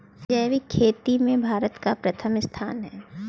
जैविक खेती में भारत का प्रथम स्थान है